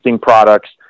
products